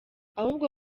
ahubwo